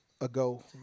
ago